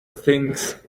things